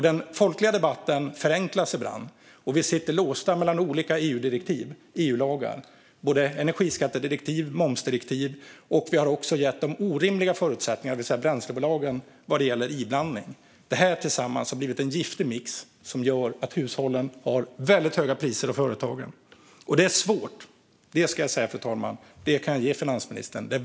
Den folkliga debatten förenklas ibland, och vi sitter låsta mellan olika EU-direktiv såsom energiskattedirektiv och momsdirektiv. Vi har också gett bränslebolagen orimliga förutsättningar vad gäller inblandning. Detta har tillsammans blivit en giftig mix som har gett väldigt höga priser för hushåll och företag.